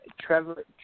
Trevor